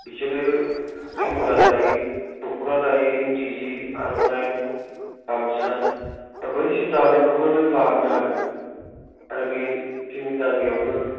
बिसोर जोमग्रा दायो दख'ना दायो इन्दि जि आर'नाइ गामसा बैसोर दानायखौबो नों लाबोनो हागोन आरो बे जोंनि गामियावबो